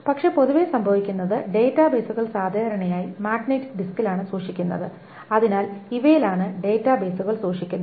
പക്ഷേ പൊതുവെ സംഭവിക്കുന്നത് ഡാറ്റാബേസുകൾ സാധാരണയായി മാഗ്നറ്റിക് ഡിസ്കിലാണ് സൂക്ഷിക്കുന്നത് അതിനാൽ ഇവയിലാണ് ഡാറ്റാബേസുകൾ സൂക്ഷിക്കുന്നത്